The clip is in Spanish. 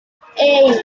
hey